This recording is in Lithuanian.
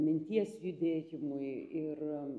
minties judėjimui ir